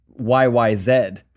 YYZ